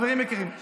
חברים יקרים,